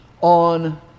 on